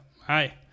Hi